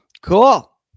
cool